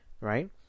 right